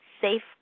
safe